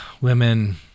women